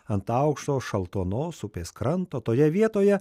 ant aukšto šaltuonos upės kranto toje vietoje